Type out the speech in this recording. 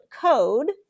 code